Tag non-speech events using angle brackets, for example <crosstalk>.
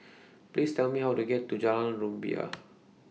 Please Tell Me How to get to Jalan Rumbia <noise>